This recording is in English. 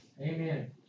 Amen